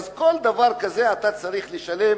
ואז לכל דבר כזה אתה צריך לשלם